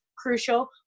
crucial